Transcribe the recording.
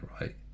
right